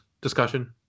discussion